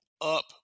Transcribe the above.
up